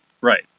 Right